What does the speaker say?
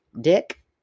Dick